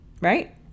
right